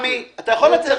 עמי, אתה יכול לצאת.